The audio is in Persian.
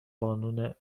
بانون